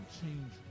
change